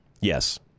Yes